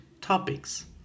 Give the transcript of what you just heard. topics